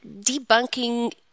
debunking